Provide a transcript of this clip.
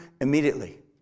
immediately